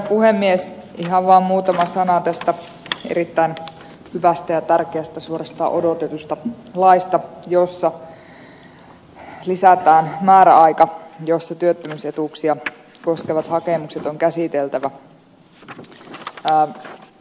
ihan vaan muutama sana tästä erittäin hyvästä ja tärkeästä suorastaan odotetusta laista jossa lisätään määräaika jonka puitteissa työttömyysetuuksia koskevat hakemukset on käsiteltävä